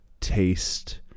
taste